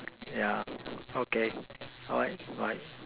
yeah okay alright bye